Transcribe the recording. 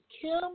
Kim